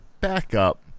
backup